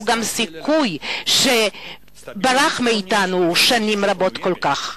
גם סיכוי שנמנע מאתנו שנים רבות כל כך.